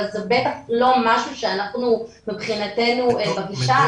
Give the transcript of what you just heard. אבל זה בטח לא משהו שאנחנו מבחינתנו בגישה,